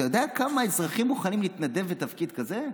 אתה יודע כמה אזרחים מוכנים להתנדב לתפקיד כזה?